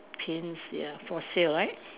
pins ya for sale right